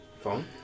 Phone